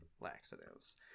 laxatives